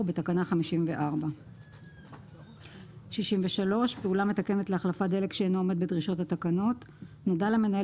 בתקנה 54. 63.פעולה מתקנת להחלפת דלק שאינו עומד בדרישות התקנות נודע למנהל